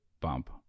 bump